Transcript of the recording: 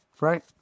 right